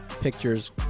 pictures